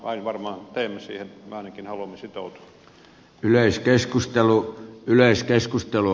näin varmaan teemme siihen me ainakin haluamme sitoutua